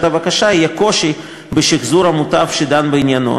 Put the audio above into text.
הבקשה יהיה קושי בשחזור המותב שדן בעניינו,